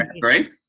great